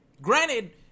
Granted